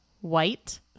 white